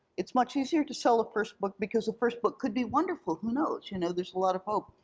it's much easier to sell a first book, because the first book could be wonderful, who knows? you know there's a lot of hope.